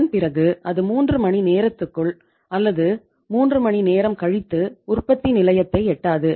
அதன் பிறகு அது 3 மணி நேரத்திற்குள் அல்லது 3 மணி நேரம் கழித்து உற்பத்தி நிலையத்தை எட்டாது